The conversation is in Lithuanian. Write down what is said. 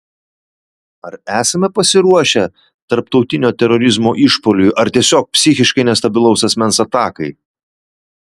ar esame pasiruošę tarptautinio terorizmo išpuoliui ar tiesiog psichiškai nestabilaus asmens atakai